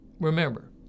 Remember